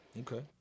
okay